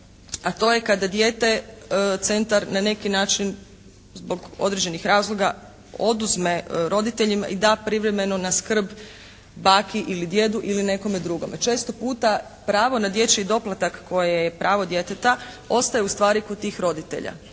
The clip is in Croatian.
a to je kada dijete centar na neki način zbog određenih razloga oduzme roditeljima i da privremeno na skrb baki ili djedu ili nekome drugome. Često puta pravo na dječji doplatak koje je pravo djeteta ostaje ustvari kod tih roditelja.